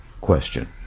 question